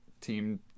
team